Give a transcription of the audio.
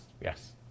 Yes